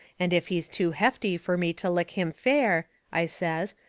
and if he's too hefty fur me to lick him fair, i says,